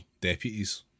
deputies